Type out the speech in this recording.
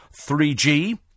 3G